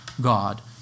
God